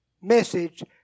message